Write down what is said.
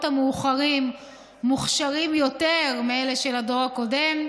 המאוחרים מוכשרים יותר מאלה של הדור הקודם.